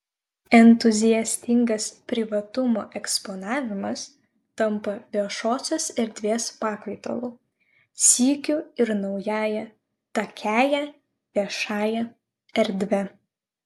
entuziastingas privatumo eksponavimas tampa viešosios erdvės pakaitalu sykiu ir naująją takiąja viešąja erdve